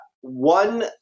one